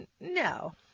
No